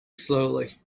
slowly